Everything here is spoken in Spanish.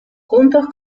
juntos